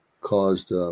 caused